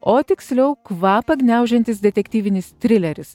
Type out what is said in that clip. o tiksliau kvapą gniaužiantis detektyvinis trileris